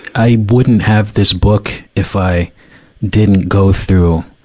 i wouldn't have this book, if i didn't go through,